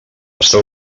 està